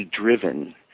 driven